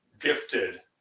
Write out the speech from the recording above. gifted